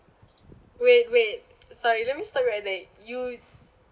wait wait sorry let me stop right there you